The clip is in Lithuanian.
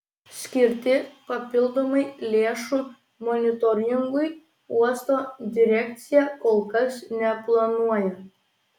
skirti papildomai lėšų monitoringui uosto direkcija kol kas neplanuoja